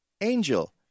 Angel